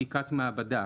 בדיקת מעבדה".